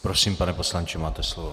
Prosím, pane poslanče, máte slovo.